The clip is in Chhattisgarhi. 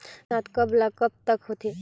बरसात कब ल कब तक होथे?